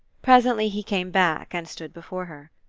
presently he came back and stood before her.